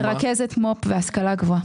רכזת מו"פ והשכלה גבוהה.